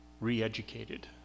re-educated